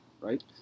right